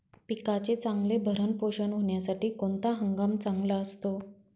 पिकाचे चांगले भरण पोषण होण्यासाठी कोणता हंगाम चांगला असतो?